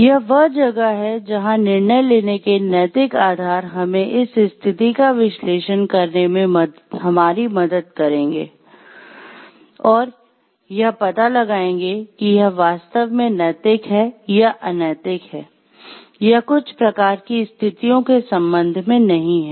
यह वह जगह है जहां निर्णय लेने के नैतिक आधार हमें इस स्थिति का विश्लेषण करने में हमारी मदद करेंगे और यह पता लगाएंगे कि यह वास्तव में नैतिक है या अनैतिक है या कुछ प्रकार की स्थितियों के संबंध में नहीं है